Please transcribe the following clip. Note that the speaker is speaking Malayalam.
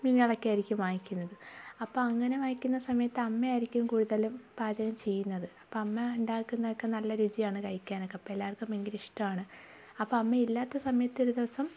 മീനുകളൊക്കെയായിരിക്കും വാങ്ങിക്കുന്നത് അപ്പോൾ അങ്ങനെ വാങ്ങിക്കുന്ന സമയത്ത് അമ്മയായിരിക്കും കൂടുതലും പാചകം ചെയ്യുന്നത് അപ്പം അമ്മ ഉണ്ടാക്കുന്നതൊക്കെ നല്ല രുചിയാണ് കഴിക്കാനൊക്കെ അപ്പം എല്ലാവർക്കും ഭയങ്കര ഇഷ്ടമാണ് അപ്പം അമ്മയില്ലാത്ത സമയത്ത് ഒരു ദിവസം